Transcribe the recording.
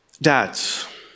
Dads